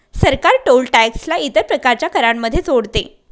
सरकार toll tax ला इतर प्रकारच्या करांमध्ये जोडते